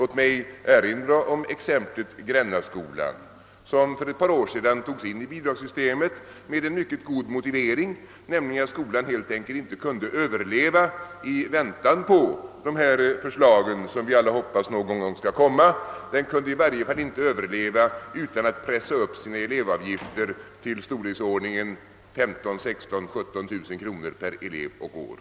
Låt mig här bara erinra om exemplet Grännaskolan, som för ett par år sedan togs in i bidragssystemet med den mycket goda motiveringen, att skolan helt enkelt inte kunde överleva medan man väntade på det förslag som vi alla hoppas skall framläggas. I varje fall kunde den inte överleva utan att pressa upp sina elevavgifter till storleksordningen 15-:000—-17 000 kronor per elev och år.